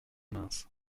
minces